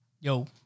yo